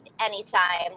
anytime